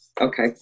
okay